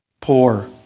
poor